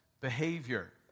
behavior